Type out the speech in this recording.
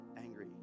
angry